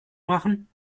machen